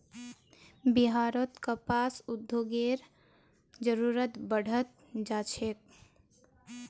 बिहारत कपास उद्योगेर जरूरत बढ़ त जा छेक